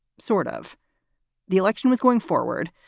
sort of the election was going forward,